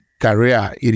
career